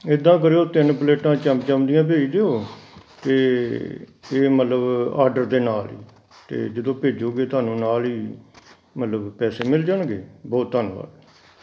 ਇੱਦਾਂ ਕਰਿਓ ਤਿੰਨ ਪਲੇਟਾਂ ਚਮ ਚਮ ਦੀਆਂ ਭੇਜ ਦਿਉ ਅਤੇ ਅਤੇ ਮਤਲਬ ਆਡਰ ਦੇ ਨਾਲ ਹੀ ਅਤੇ ਜਦੋਂ ਭੇਜੋਗੇ ਤੁਹਾਨੂੰ ਨਾਲ ਹੀ ਮਤਲਬ ਪੈਸੇ ਮਿਲ ਜਾਣਗੇ ਬਹੁਤ ਧੰਨਵਾਦ